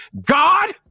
God